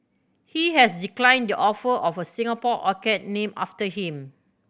he has declined the offer of a Singapore orchid named after him